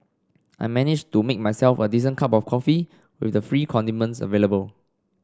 I managed to make myself a decent cup of coffee with the free condiments available